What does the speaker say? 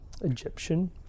Egyptian